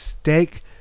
steak